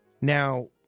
Now